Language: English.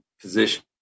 position